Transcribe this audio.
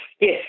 yes